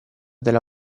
della